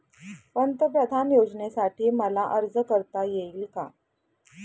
पंतप्रधान योजनेसाठी मला अर्ज करता येईल का?